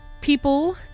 People